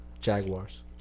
Jaguars